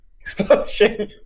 Explosion